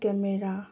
camera